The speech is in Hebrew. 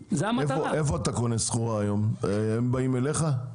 איפה אתה קונה סחורה היום, הם באים אליך?